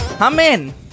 Amen